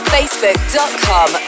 Facebook.com